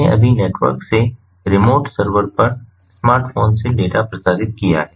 हमने अभी नेटवर्क से रिमोट सर्वर पर स्मार्टफोन से डेटा प्रसारित किया है